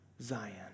Zion